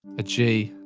a g